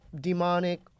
Demonic